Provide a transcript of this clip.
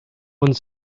one